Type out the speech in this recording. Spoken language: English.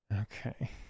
Okay